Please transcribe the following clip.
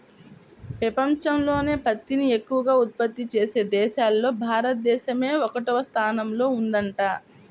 పెపంచంలోనే పత్తిని ఎక్కవగా ఉత్పత్తి చేసే దేశాల్లో భారతదేశమే ఒకటవ స్థానంలో ఉందంట